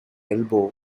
elbow